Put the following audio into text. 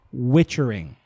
witchering